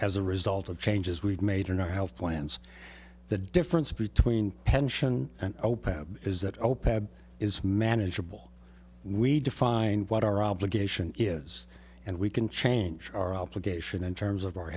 as a result of changes we've made in our health plans the difference between pension and opana is that opec is manageable we defined what our obligation is and we can change our obligation in terms of our